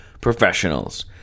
professionals